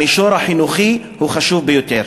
המישור החינוכי הוא חשוב ביותר.